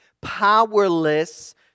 powerless